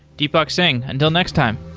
deepak singh, until next time.